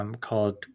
Called